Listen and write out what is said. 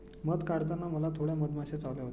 मध काढताना मला थोड्या मधमाश्या चावल्या होत्या